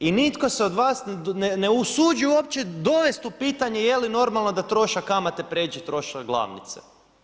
I nitko se od vas ne usuđuje uopće dovest u pitanje je li normalno da trošak kamate pređe trošak glavnice.